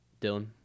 Dylan